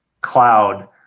cloud